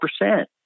percent